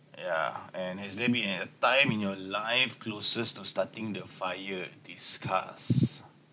yeah and has there been an time in your life closest to starting the fire discuss